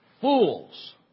Fools